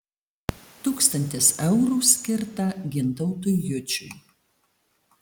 tūkstantis eurų skirta gintautui jučiui